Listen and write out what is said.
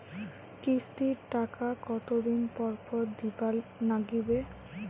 কিস্তির টাকা কতোদিন পর পর দিবার নাগিবে?